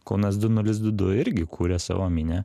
kaunas du nulis du du irgi kūrė savo minią